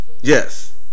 Yes